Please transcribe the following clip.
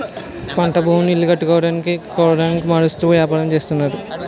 పంట భూములను ఇల్లు కట్టుకోవడానికొనవుగా మారుస్తూ వ్యాపారం చేస్తున్నారు